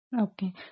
Okay